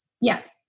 Yes